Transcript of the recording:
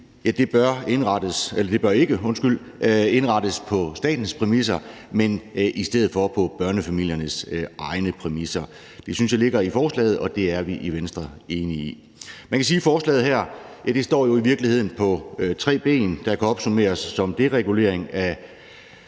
bør ikke indrettes på statens præmisser, men i stedet for på børnefamiliernes egne præmisser. Det synes jeg ligger i forslaget, og det er vi i Venstre enige i. Man kan sige, at forslaget her jo i virkeligheden står på tre ben, der kan opsummeres som deregulering af